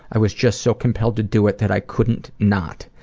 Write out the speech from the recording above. i was just so compelled to do it that i couldn't not.